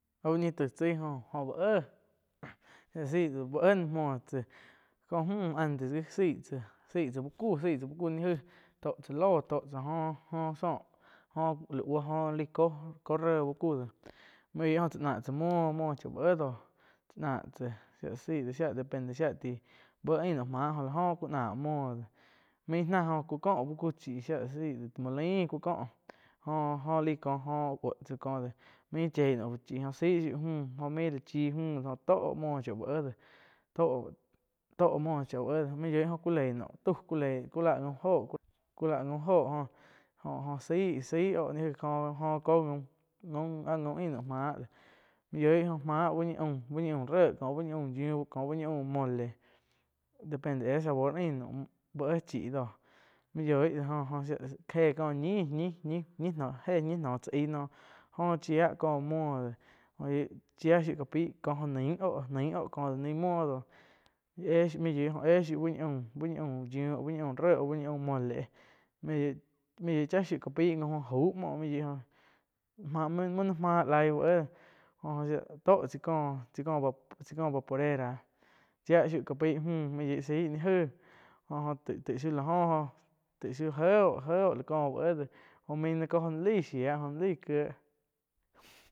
Úh ñih taig chaí jho-jho úh éh, éh zaih íh éh noh muoh tsáh có muh antes saíh tsáh, saíh tsáh uh ku ni gaig tó cha lo jóh sóh jo la buo, jo lai có réh uh ku de main yoih jo cháh náh tsá muoh. muoh chá uh éh dóh náh cha siah la saih, depende shia taih, buh ain noh máh áh jo ku nah muoh de main náh jo ku ko uh ku chííh shia la saig molain ku kóh jo, jo aih ko bouh tsá koh de main cheí no fu chí joh saig shiu müh jo main la chi mü jo tó muoh cha uh éh de tó-tó muoh cha uh éh main yoih joh cu lein noh tau, ku lein noh ku lá gaum óho, kú láh gaum óho jo-jo záih, zaih oh ni aig jó-jo ko gaum, áh gaum ain noh máh de main yoih oh mah uh ni aum, uh ñi aum ré có uh ñi aum yiu có uh nñi aum mole depende éh sabor ain hoh úh éh chii doh main yoi do jo jo shia jéh ko ñi, ñi-ñi noh aih jé ñi noh tsá ain no joh chíah ko muoh de chia shiu ka-pai kó jo nain oh ko ni muo dóh éh shiu cpa pai ko nain oh nain ko ni muo éh shiu main yoih jo éh shiu uh ñi aum, buh ñi aum yiuh, uh ñi aum ré auh uh ñi aum mole éh main yoih, man yoih cha shiu ca paih gaun jo aug muoh main yoi oh bu nain máh laig uh éh oh tóh kó chai kó vaporera chia shiu ka pai múh mu yoih sai ni aig jo-jo taih shiu la jo oh tai shiu je oh la kó uh éh de jo main nai ko óh nain laih shia oh nain lai kieh.